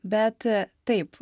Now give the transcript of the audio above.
bet taip